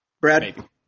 Brad